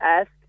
ask